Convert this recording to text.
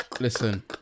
Listen